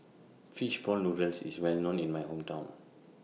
Fish Ball Noodles IS Well known in My Hometown